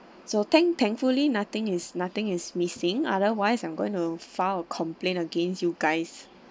so thank thankfully nothing is nothing is missing otherwise I'm going to file a complaint against you guys